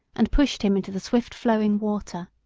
and pushed him into the swift-flowing water.